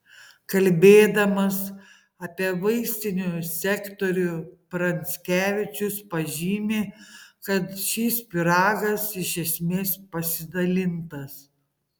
kalbėdamas apie vaistinių sektorių pranckevičius pažymi kad šis pyragas iš esmės pasidalintas